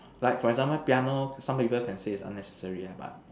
like for example piano some people can say is unnecessary ah but